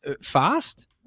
fast